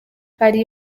hari